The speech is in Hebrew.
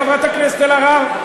חברת הכנסת אלהרר,